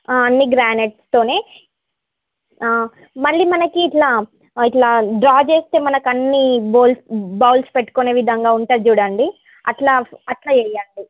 అన్నీ గ్రానైట్స్తోనే మళ్ళీ మనకి ఇట్లా ఇట్లా డ్రా చేస్తే మనకన్నీ బోల్స్ బౌల్స్ పెట్టుకునే విధంగా ఉంటుంది చూడండి అట్లా అట్లా వేయాలి